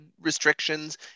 restrictions